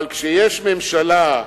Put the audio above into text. אבל כשיש ממשלה,